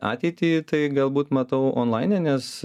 ateitį tai galbūt matau onlaine nes